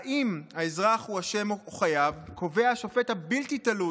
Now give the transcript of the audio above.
האם האזרח הוא אשם או חייב, קובע השופט הבלתי-תלוי